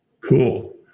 Cool